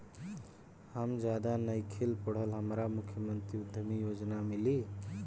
हम ज्यादा नइखिल पढ़ल हमरा मुख्यमंत्री उद्यमी योजना मिली?